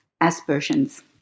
aspersions